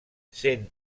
sent